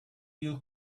you